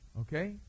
Okay